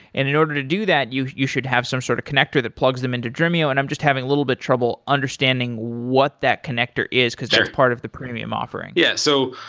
and in order to do that, you you should have some sort of connector that plugs them into dremio, and i'm just having a little bit trouble understanding what that connector is, because that's part of the premium offering. yeah. so